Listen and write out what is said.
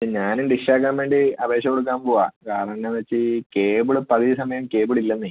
ഞാനും ഡിഷ് ആക്കാൻ വേണ്ടി അപേക്ഷ കൊടുക്കാൻ പോവുവാണ് കാരണം എന്നാന്ന് വെച്ചാൽ ഈ കേബിൾ പകുതി സമയം കേബിൾ ഇല്ലെന്നേ